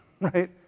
Right